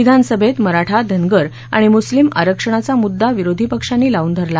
विधानसभेत मराठा धनगर आणि मुस्लिम आरक्षणाचा मृद्दा विरोधी पक्षांनी लावून धरला